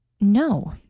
No